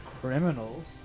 criminals